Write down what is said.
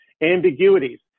ambiguities